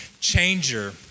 changer